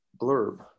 blurb